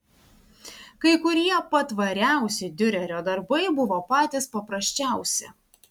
kai kurie patvariausi diurerio darbai buvo patys paprasčiausi